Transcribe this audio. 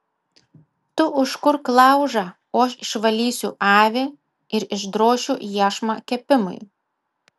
tu užkurk laužą o aš išvalysiu avį ir išdrošiu iešmą kepimui